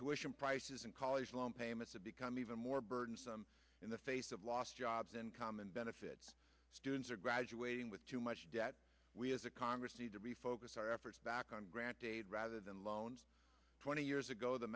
situation prices and college loan payments have become even more burdensome in the face of lost jobs and common benefit students are graduating with too much debt we as a congress need to refocus our efforts back on grant date rather than loans twenty years ago the